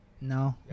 No